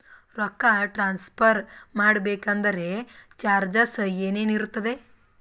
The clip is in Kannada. ರೊಕ್ಕ ಟ್ರಾನ್ಸ್ಫರ್ ಮಾಡಬೇಕೆಂದರೆ ಚಾರ್ಜಸ್ ಏನೇನಿರುತ್ತದೆ?